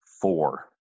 four